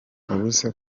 ubuse